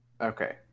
Okay